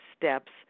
steps